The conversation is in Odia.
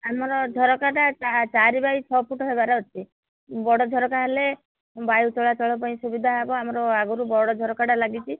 ଆମର ଝରକାଟା ଚାରି ବାଇ ଛଅ ଫୁଟ୍ ହେବାର ଅଛି ବଡ଼ ଝରକା ହେଲେ ବାୟୁ ଚଳାଚଳ ପାଇଁ ସୁବିଧା ହେବ ଆମର ଆଗରୁ ବଡ଼ ଝରକାଟା ଲାଗିଛି